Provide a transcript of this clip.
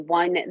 one